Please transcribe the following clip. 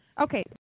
Okay